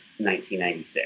1996